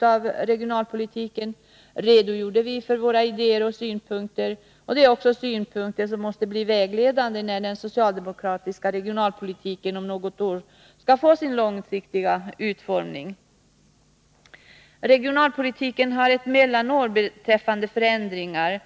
av regionalpolitiken redogjorde vi för våra idéer och synpunkter, och de måste också bli vägledande när den socialdemokratiska regionalpolitiken om något år skall få sin långsiktiga utformning. Regionalpolitiken har således ett mellanår beträffande förändringar.